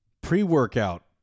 Pre-workout